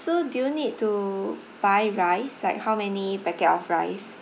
so do you need to buy rice like how many packet of rice